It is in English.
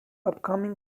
upcoming